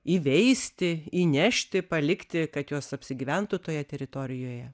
įveisti įnešti palikti kad jos apsigyventų toje teritorijoje